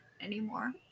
anymore